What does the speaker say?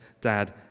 dad